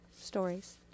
stories